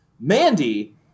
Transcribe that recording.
Mandy